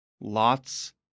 Lots